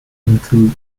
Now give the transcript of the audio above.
include